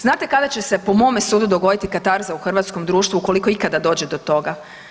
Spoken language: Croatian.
Znate kada će se po mome sudu dogoditi katarza u hrvatskom društvu ukoliko ikada dođe do toga?